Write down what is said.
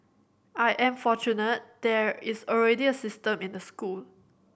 I am fortunate there is already a system in the school